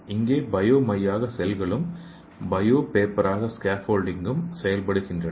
இங்கே பயோ மையாக செல்களும் பயோ பேப்பராக ஸ்கேபோல்டிங்கும் செயல்படுகின்றன